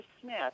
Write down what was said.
Smith